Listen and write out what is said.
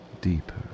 deeper